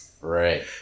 Right